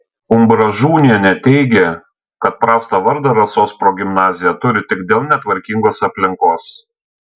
umbražūnienė teigė kad prastą vardą rasos progimnazija turi tik dėl netvarkingos aplinkos